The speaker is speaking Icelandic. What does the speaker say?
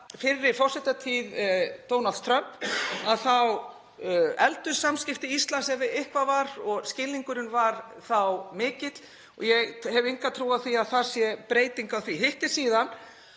fyrri forsetatíð Donalds Trumps efldust samskiptin við Ísland ef eitthvað var og skilningurinn var þá mikill og ég hef enga trú á því að það sé breyting á því. Hitt er síðan